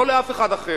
לא לאף אחד אחר.